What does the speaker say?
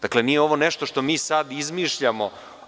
Dakle, nije ovo nešto što mi sad izmišljamo.